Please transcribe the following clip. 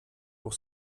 pour